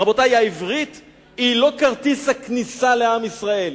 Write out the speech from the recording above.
רבותי, העברית היא לא כרטיס הכניסה לעם ישראל.